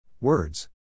Words